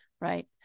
right